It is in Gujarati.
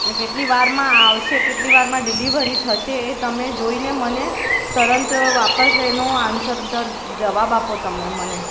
અને કેટલી વારમાં આવશે કેટલી વારમાં ડિલિવરી થશે એ તમે જોઈને મને તરંત વાપસ એનો આન્સર જવાબ આપો તમે મને